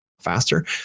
faster